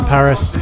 Paris